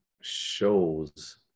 shows